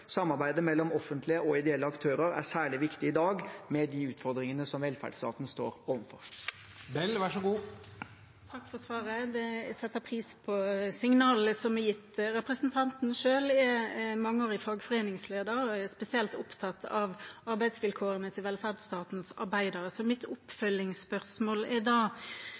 Samarbeidet mellom offentlige og ideelle aktører er særlig viktig i dag, med de utfordringene som velferdsstaten står overfor. Takk for svaret – jeg setter pris på signalene som er gitt. Representanten er selv mangeårig fagforeningsleder og er spesielt opptatt av arbeidsvilkårene til velferdsstatens arbeidere. Så mitt oppfølgingsspørsmål er da: